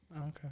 Okay